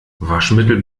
waschmittel